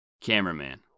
Cameraman